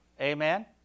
Amen